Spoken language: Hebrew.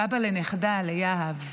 סבא לנכדה, ליהב.